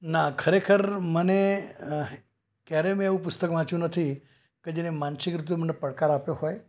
ના ખરેખર મને ક્યારેય મેં એવું પુસ્તક વાંચ્યું નથી કે જેણે માનસિક રીતે મને પડકાર આપ્યો હોય